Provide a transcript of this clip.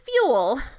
fuel